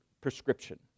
prescription